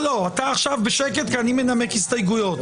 אתה עכשיו בשקט כי אני מנמק הסתייגויות,